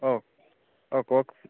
অঁ অঁ কওক